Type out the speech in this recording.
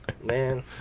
Man